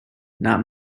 not